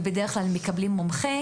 ובדרך כלל הם גם מקבלים מומחה.